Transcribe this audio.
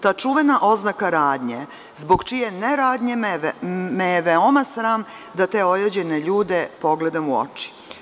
Ta čuvena oznaka radnje zbog čije neradnje me je veoma sram da te ojađene ljude pogledam u oči.